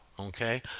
Okay